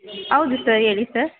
ಹೌದು ಸರ್ ಹೇಳಿ ಸರ್